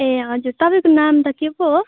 ए हजुर तपाईँको नाम त के पो हो